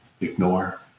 ignore